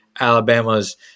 Alabama's